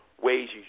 ways